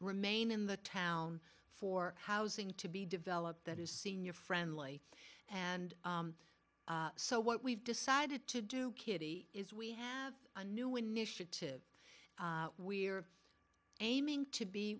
remain in the town for housing to be developed that is senior friendly and so what we've decided to do kitty is we have a new initiative we're aiming to be